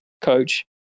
Coach